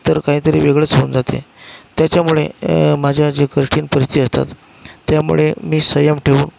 तर काहीतरी वेगळंच होऊन जाते त्याच्यामुळे माझ्या जे कठीण परिस्थिती असतात त्यामुळे मी संयम ठेऊन